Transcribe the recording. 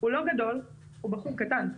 הוא לא גדול, הוא בחור קטן,